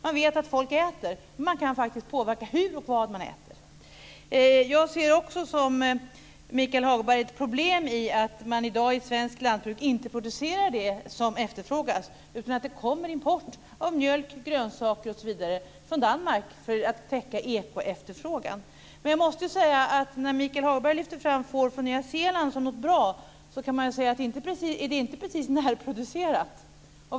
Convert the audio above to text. Man vet att folk äter, men man kan faktiskt påverka hur och vad folk äter. Jag ser också, som Michael Hagberg, ett problem i att man i svenskt lantbruk i dag inte producerar det som efterfrågas utan att det kommer import av mjölk, grönsaker osv. från Danmark för att täcka ekoefterfrågan. Michael Hagberg lyfte fram får från Nya Zeeland som något bra, men man kan inte säga att det är närproducerat.